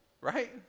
Right